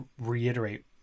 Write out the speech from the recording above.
reiterate